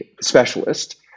specialist